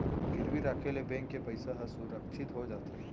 गिरवी राखे ले बेंक के पइसा ह सुरक्छित हो जाथे